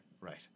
Right